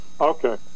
Okay